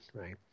right